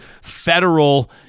federal